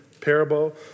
parable